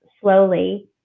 slowly